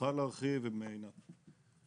ממיכל ומעינת להרחיב.